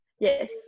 Yes